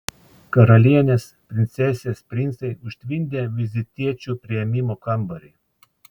karalienės princesės princai užtvindė vizitiečių priėmimo kambarį